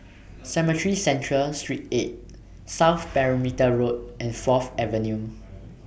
Cemetry Central Street eight South Perimeter Road and Fourth Avenue